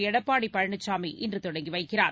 எடப்பாடி பழனிசாமி இன்று தொடங்கி வைக்கிறார்